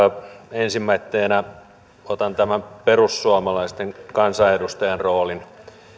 ensimmäisenä otan tämän perussuomalaisten kansanedustajan roolin